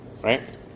right